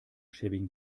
schäbigen